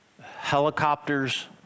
helicopters